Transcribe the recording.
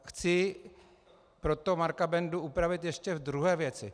Chci proto Marka Bendu opravit ještě ve druhé věci.